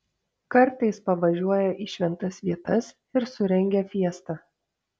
kartais pavažiuoja į šventas vietas ir surengia fiestą